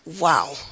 Wow